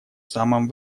самом